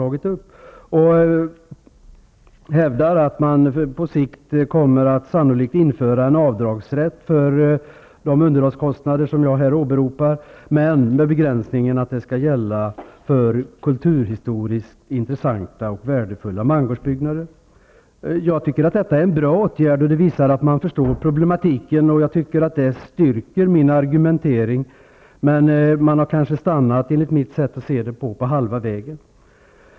Statsrådet hävdar att man på sikt sannolikt kommer att införa en avdragsrätt för de underhållskostnader som jag har pekat på, dock med begränsningen att den endast skall gälla för kulturhistoriskt intressanta och värdefulla mangårdsbyggnader. Jag tycker att det vore en bra åtgärd, och det visar att man förstår problematiken. Jag tycker också att det styrker min argumentering, men man har enligt mitt sätt att se saken stannat på halva vägen.